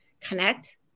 connect